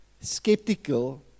skeptical